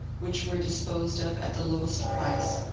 which were disposed of at the lowest price,